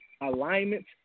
alignment